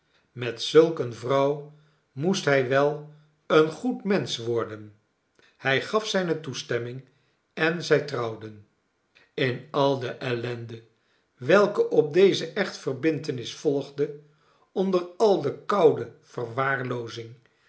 met zulk eene vrouw moest hij wel een goed mensch worden hij gaf zijne toestemming en zij trouwden in al de ellende welke op deze echtverbintenis volgde onder al de koude verwaarloozing